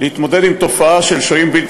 להתמודד עם התופעה של שוהים בלתי